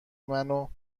مونو